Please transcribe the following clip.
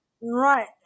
Right